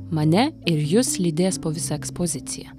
mane ir jus lydės po visą ekspoziciją